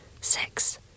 six